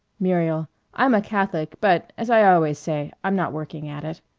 muriel i'm a catholic but, as i always say, i'm not working at it.